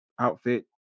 outfit